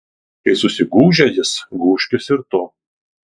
kai susigūžia jis gūžkis ir tu